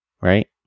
right